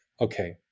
Okay